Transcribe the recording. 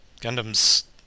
Gundam's